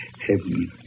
heaven